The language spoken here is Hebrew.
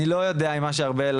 אני לא יודע ממה שארבל,